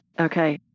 Okay